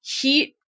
heat